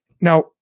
now